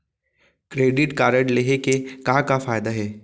Credit card लेहे के का का फायदा हे?